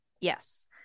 yes